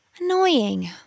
Annoying